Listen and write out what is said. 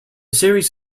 series